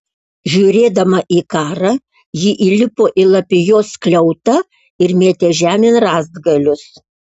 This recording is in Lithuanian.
žiūrėdama į karą ji įlipo į lapijos skliautą ir mėtė žemėn rąstgalius